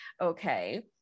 okay